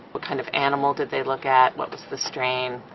what kind of animal did they look at, what was the strain,